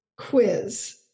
quiz